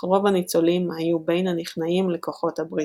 אך רוב הניצולים היו בין הנכנעים לכוחות הברית.